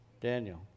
Daniel